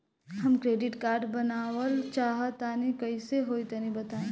हम credit card बनवावल चाह तनि कइसे होई तनि बताई?